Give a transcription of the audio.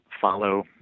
follow